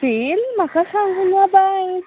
fail म्हाका सांगूना बायन